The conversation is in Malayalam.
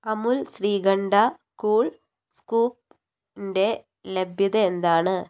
അമുൽ ശ്രീഖണ്ഡ കൂൾ സ്കൂപിൻ്റെ ലഭ്യത എന്താണ്